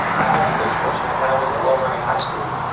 i had the great fortune when i was at lower merion high school,